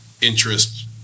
interest